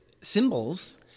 symbols